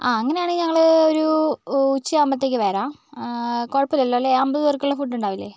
ആ അങ്ങനെ ആണെങ്കിൽ ഞങ്ങൾ ഒരു ഉ ഉച്ച ആവുമ്പോഴത്തേക്കും വരാം കുഴപ്പം ഇല്ലല്ലോ അല്ലേ അമ്പത് പേർക്കുള്ള ഫുഡ് ഉണ്ടാവില്ലേ